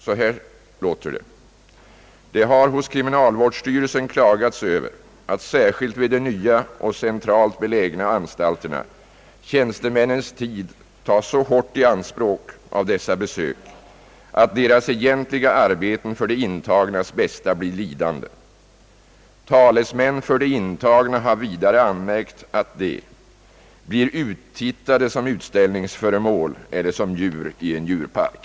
Så här låter det: Det har hos kriminalvårdsstyrelsen klagats över att särskilt vid de nya och centralt belägna anstalterna tjänstemännens tid tas så hårt i anspråk av dessa besök att deras egentliga arbeten för de intagnas bästa blir lidande. Talesmän för de intagna har vidare anmärkt att de blir uttittade som utställningsföremål och som djur i en djurpark.